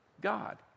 God